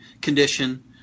condition